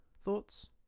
thoughts